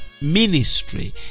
ministry